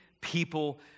people